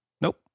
Nope